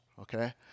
Okay